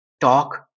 talk